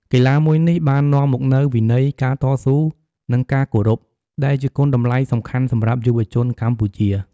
កីឡាមួយនេះបាននាំមកនូវវិន័យ ការតស៊ូ និងការគោរព ដែលជាគុណតម្លៃសំខាន់សម្រាប់យុវជនកម្ពុជា។